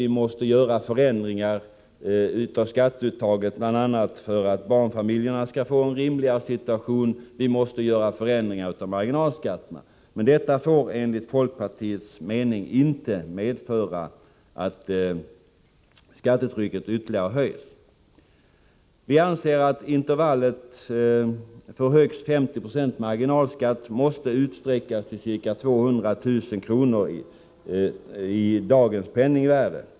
Vi måste göra förändringar av skatteuttaget, bl.a. för att barnfamiljerna skall få en rimligare situation. Vi måste göra förändringar av marginalskatterna. Detta får enligt folkpartiets mening inte medföra att skattetrycket ytterligare höjs. Vi anser att gränsen för högst 50 20 marginalskatt måste höjas till ca 200 000 kr. i dagens penningvärde.